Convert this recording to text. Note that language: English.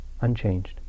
unchanged